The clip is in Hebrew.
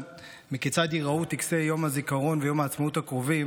מכיצד ייראו טקסי יום הזיכרון ויום העצמאות הקרובים,